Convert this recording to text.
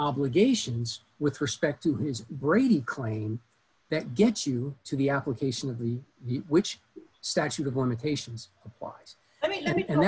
obligations with respect to his brady claim that gets you to the application of the which the statute of limitations a